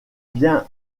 bien